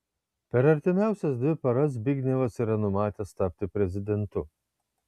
per artimiausias dvi paras zbignevas yra numatęs tapti prezidentu